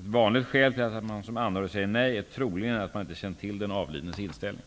Ett vanligt skäl till att man som anhörig säger nej är troligen att man inte känt till den avlidnes inställning.